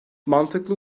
mantıklı